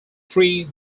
three